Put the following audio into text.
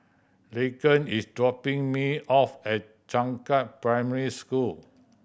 Laken is dropping me off at Changkat Primary School